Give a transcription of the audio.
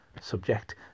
subject